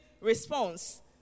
response